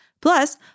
Plus